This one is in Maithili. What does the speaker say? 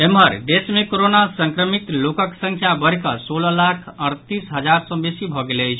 एम्हर देश मे कोरोना संक्रमित लोकक संख्या बढ़ि कऽ सोलह लाख अड़तीस हजार सँ बेसी भऽ गेल अछि